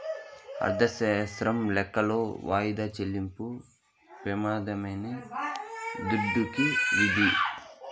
అర్ధశాస్త్రం లెక్కలో వాయిదా చెల్లింపు ప్రెమానమే దుడ్డుకి విధి